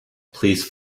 please